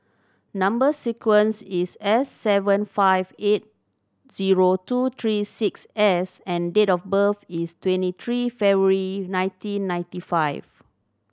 number sequence is S seven five eight zero two three six S and date of birth is twenty three February nineteen ninety five